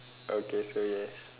okay so yes